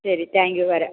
ശരി thank you വരാം